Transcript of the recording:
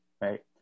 Right